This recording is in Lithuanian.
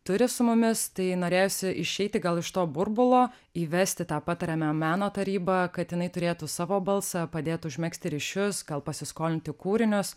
turi su mumis tai norėjosi išeiti gal iš to burbulo įvesti tą patariamąją meno tarybą kad jinai turėtų savo balsą padėtų užmegzti ryšius gal pasiskolinti kūrinius